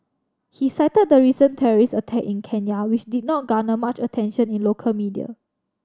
he cited the recent terrorist attack in Kenya which did not garner much attention in local media